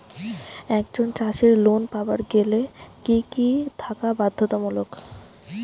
একজন চাষীর লোন পাবার গেলে কি কি থাকা বাধ্যতামূলক?